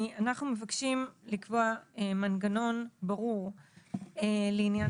אנחנו מבקשים לקבוע מנגנון ברור לעניין